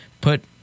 put